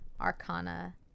Arcana